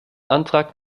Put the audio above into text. antrag